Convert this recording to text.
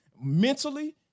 mentally